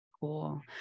Cool